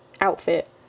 outfit